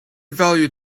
valued